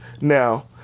Now